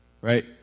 Right